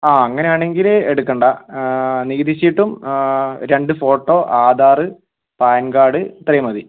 ആ അങ്ങനെ ആണെങ്കിൽ എടുക്കണ്ട നികുതി ചീട്ടും രണ്ട് ഫോട്ടോ ആധാറ് പാൻ കാർഡ് ഇത്രേം മതി